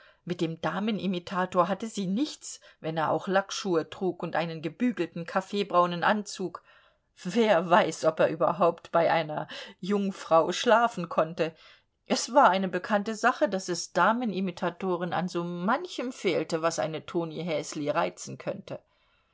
mit dem damenimitator hatte sie nichts wenn er auch lackschuhe trug und einen gebügelten kaffeebraunen anzug wer weiß ob er überhaupt bei einer jungfrau schlafen konnte es war eine bekannte sache daß es damenimitatoren an so manchem fehlte was eine toni häsli reizen konnte